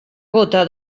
gota